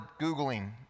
Googling